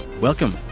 Welcome